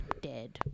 dead